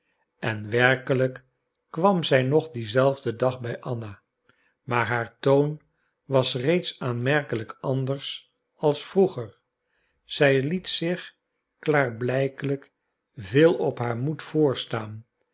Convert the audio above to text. en werkelijk kwam zij nog dienzelfden dag bij anna maar haar toon was reeds aanmerkelijk anders als vroeger zij liet zich klaarblijkelijk veel op haar moed voorstaan